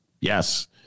Yes